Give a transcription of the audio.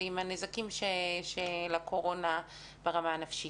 ועם הנזקים של הקורונה ברמה הנפשית.